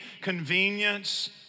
convenience